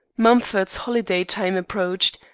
mumford's holiday time approached,